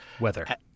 Weather